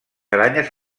aranyes